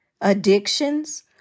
addictions